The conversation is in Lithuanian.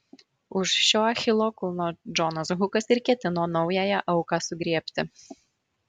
už šio achilo kulno džonas hukas ir ketino naująją auką sugriebti